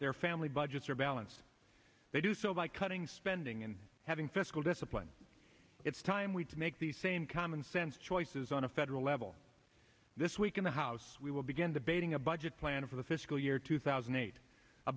their family budget surveillance they do so by cutting spending and having fiscal discipline it's time we make the same common sense choices on a federal level this week in the house we will begin debating a budget plan for the fiscal year two thousand and eight a